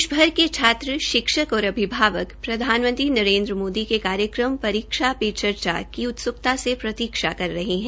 देशभर के छात्र शिक्षक और अभिभावक प्रधानमंत्री नरेन्द्र मोदी के कार्यक्रम परीक्षा पे चर्चा की उत्स्कता से प्रतीक्षा कर रहे है